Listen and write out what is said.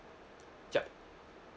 yup